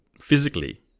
physically